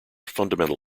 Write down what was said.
fundamental